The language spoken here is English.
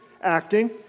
acting